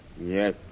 Yes